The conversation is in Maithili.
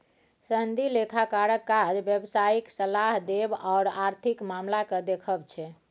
सनदी लेखाकारक काज व्यवसायिक सलाह देब आओर आर्थिक मामलाकेँ देखब छै